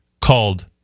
called